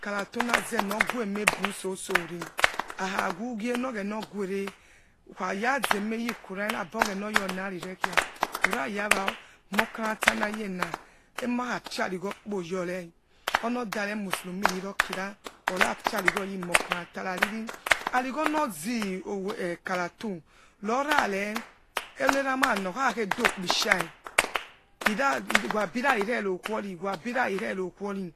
Karatu nazena ogueme by sosore hake whogue mor oghena aguiere hakhaya zeme youwen no oghena oy on arire kia urayanad montanants nayens emakkafrio roghokpoyore onudare muorumi rekiraporapia vighayimokants nari avrignonozi owe eh karatu rovare jonieramana okhakhe dopitelia irai wasi natineno kuroni wabirani, nerokus